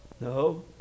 No